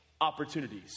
opportunities